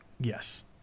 yes